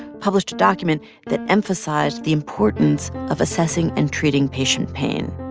published a document that emphasized the importance of assessing and treating patient pain.